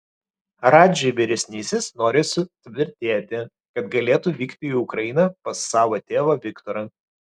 radži vyresnysis nori sutvirtėti kad galėtų vykti į ukrainą pas savo tėvą viktorą